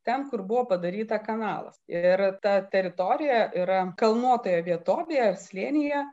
ten kur buvo padaryta kanalas ir ta teritorija yra kalnuotoje vietovėje ar slėnyje